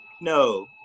No